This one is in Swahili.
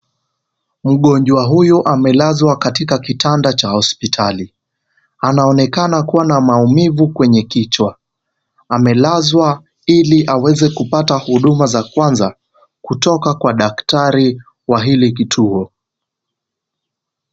Mgonjwa huyu amelazwa katika kitanda cha hospitali. Anaonekana kuwa na maumivu kwenye kichwa, amelazwa ili aweze kupata huduma za kwanza kutoka kwa daktari wa hili kituo.